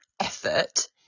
effort